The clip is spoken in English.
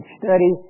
study